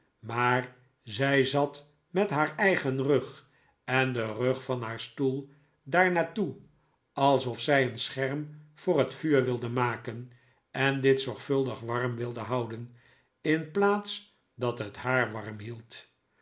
maar zij zat met haar eigen rug en den rug van haar stoel daarnaar toe alsof zij een scherm voor het vuur wilde maken en dit zorgvuldig warm wilde houden in plaats dat het haar warm hield